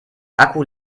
akku